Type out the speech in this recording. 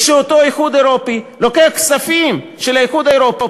כשאותו איחוד אירופי לוקח כספים של האיחוד האירופי